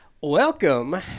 Welcome